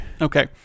Okay